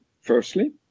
firstly